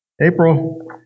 April